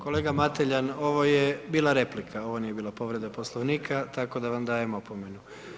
Kolega Matelja, ovo je bila replika ovo nije bila povreda Poslovnika, tako da vam dajem opomenu.